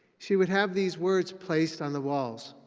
she would have these words placed on the walls.